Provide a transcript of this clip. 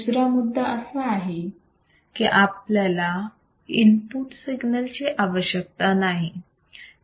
दुसरा मुद्दा असा आहे की आपल्याला इनपुट सिग्नल ची आवश्यकता नाही